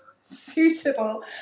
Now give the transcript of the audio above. suitable